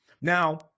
Now